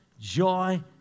joy